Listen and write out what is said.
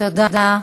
תודה.